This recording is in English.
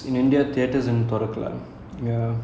but makes sense lah like ya